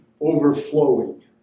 overflowing